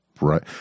right